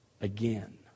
again